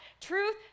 truth